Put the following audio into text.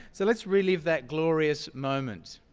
so let's relive that glorious moment.